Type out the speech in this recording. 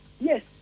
Yes